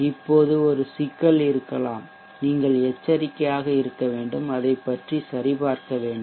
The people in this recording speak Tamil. இப்போது ஒரு சிக்கல் இருக்கலாம் நீங்கள் எச்சரிக்கையாக இருக்க வேண்டும் அதைப் பற்றி சரிபார்க்க வேண்டும்